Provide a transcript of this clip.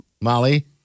Molly